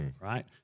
right